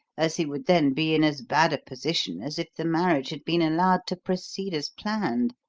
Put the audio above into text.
as he would then be in as bad a position as if the marriage had been allowed to proceed as planned.